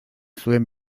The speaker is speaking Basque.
zuen